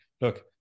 look